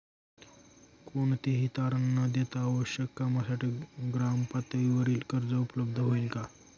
कोणतेही तारण न देता आवश्यक कामासाठी ग्रामपातळीवर कर्ज उपलब्ध होईल का?